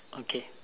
okay